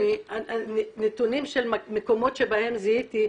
נתונים של מקומות שבהם זיהיתי,